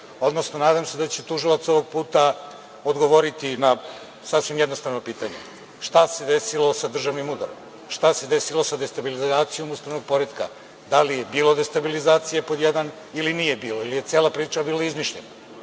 odnosno nadam se da će tužilac ovog puta odgovoriti na sasvim jednostavno pitanje. Šta se desilo sa državnim udarom? Šta se desilo sa destabilizacijom ustavnog poretka? Da li je bilo destabilizacije, pod jedan, ili nije bilo, ili je cela priča bila izmišljena?